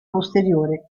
posteriore